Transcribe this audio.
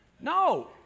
No